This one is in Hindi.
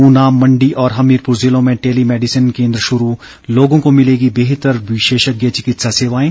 ऊना मण्डी और हमीरपुर जिलों में टेली मेडिसिन केन्द्र शुरू लोगों को मिलेंगी बेहतर विशेषज्ञ चिकित्सा सेवाएं